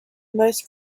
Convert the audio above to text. most